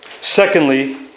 Secondly